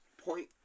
Point